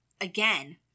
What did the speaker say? again